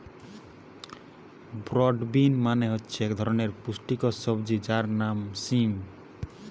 broad bean মানে হচ্ছে এক ধরনের পুষ্টিকর সবজি যার নাম সিম